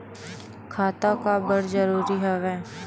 खाता का बर जरूरी हवे?